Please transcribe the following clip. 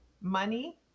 money